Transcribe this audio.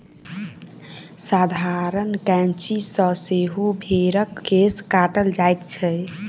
साधारण कैंची सॅ सेहो भेंड़क केश काटल जाइत छै